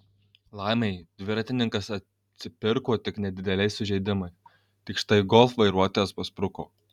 laimei dviratininkas atsipirko tik nedideliais sužeidimais tik štai golf vairuotojas paspruko